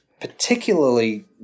particularly